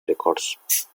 records